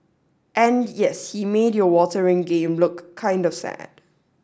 and yes he made your water ring game look kind of sad